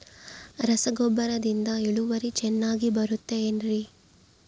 ರಸಗೊಬ್ಬರದಿಂದ ಇಳುವರಿ ಚೆನ್ನಾಗಿ ಬರುತ್ತೆ ಏನ್ರಿ?